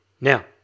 Now